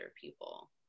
people